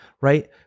Right